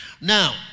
Now